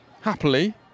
happily